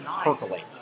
percolate